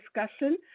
discussion